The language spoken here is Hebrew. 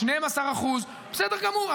12%, בסדר גמור.